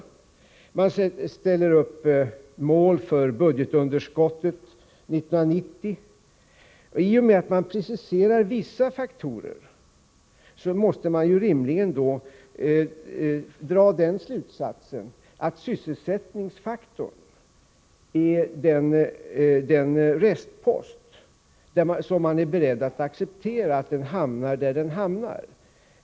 Regeringen ställer upp mål för budgetunderskottet 1990. I och med att regeringen preciserar vissa faktorer måste man rimligen dra slutsatsen att sysselsättningsfaktorn är en restpost. Regeringen är tydligen beredd att acceptera att den hamnar där den hamnar.